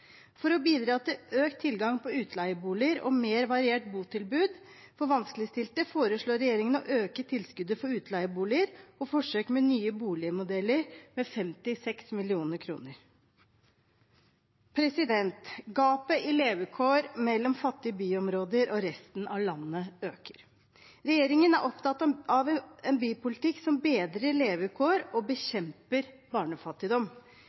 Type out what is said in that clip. For å bidra til økt tilgang på utleieboliger og mer variert botilbud for vanskeligstilte foreslår regjeringen å øke tilskuddet for utleieboliger og forsøk med nye boligmodeller, med 56 mill. kr. Gapet i levekår mellom fattige byområder og resten av landet øker. Regjeringen er opptatt av en bypolitikk som bedrer levekår og bekjemper barnefattigdom.